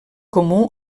comú